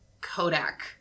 Kodak